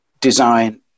design